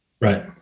right